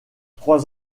trois